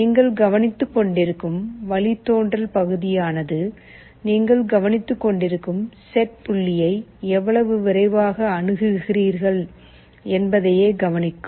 நீங்கள் கவனித்துக் கொண்டிருக்கும் வழித்தோன்றல் பகுதியானது நீங்கள் கவனித்துக் கொண்டிருக்கும் செட் புள்ளியை எவ்வளவு விரைவாக அணுகுகிறீர்கள் என்பதேயே கவனிக்கும்